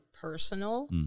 personal